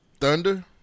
Thunder